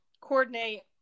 coordinate